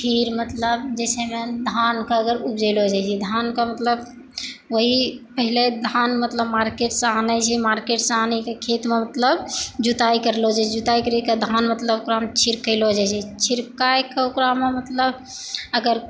टीर मतलब जे छै ने धान कऽ अगर उपजैलऽ रहियै धान के मतलब वही पहिले धान मतलब मार्केट सऽ आनै छी मार्किट सऽ आनै के खेतमे तब जुताई करलो छै जुताई करैके धान मतलब छिरकैलो जाइ छै छिरकाय के ओकरामे मतलब अगर